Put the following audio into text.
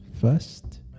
first